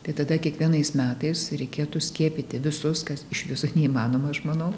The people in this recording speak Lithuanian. tai tada kiekvienais metais reikėtų skiepyti visus kas iš viso neįmanoma aš manau